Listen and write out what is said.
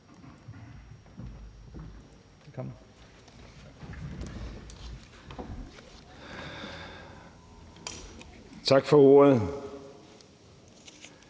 Tak for ordet.